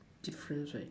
difference right